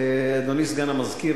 אדוני סגן המזכיר,